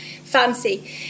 fancy